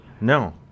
No